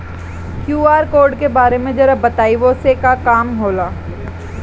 QR code के बारे में जरा बताई वो से का काम होला?